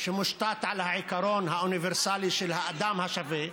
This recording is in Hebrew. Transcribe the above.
שמושתת על העיקרון האוניברסלי של האדם השווה,